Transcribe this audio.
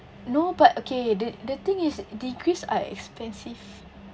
no but okay the the thing is degrees are expensive